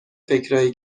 فکرایی